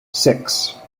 six